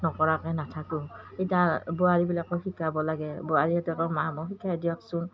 নকৰাকৈ নাথাকোঁ এতিয়া বোৱাৰীবিলাকক শিকাব লাগে বোৱাৰীহঁতে কয় মা মোক শিকাই দিয়কচোন